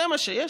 זה מה שיש.